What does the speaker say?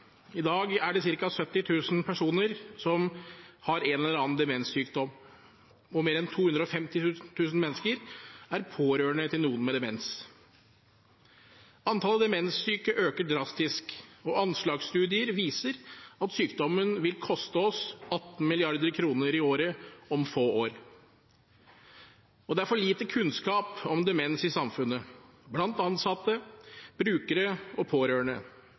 I dag er det ca. 70 000 personer som har en eller annen demenssykdom, og mer enn 250 000 mennesker er pårørende til noen med demens. Antallet demenssyke øker drastisk, og anslagsstudier viser at sykdommen vil koste oss 18 mrd. kr i året om få år. Det er for lite kunnskap om demens i samfunnet, blant ansatte, brukere og pårørende.